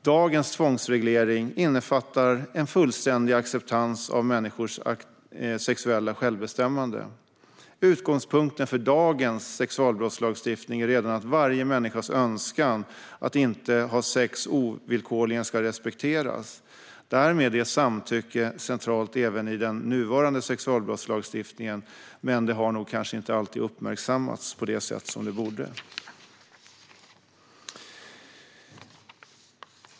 Dagens tvångsreglering innefattar en fullständig acceptans av människors sexuella självbestämmande. Utgångspunkten redan för dagens sexualbrottslagstiftning är att varje människas önskan att inte ha sex ovillkorligen ska respekteras. Därmed är samtycke centralt även i den nuvarande sexualbrottslagstiftningen, men det har kanske inte alltid uppmärksammats på det sätt som det borde.